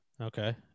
okay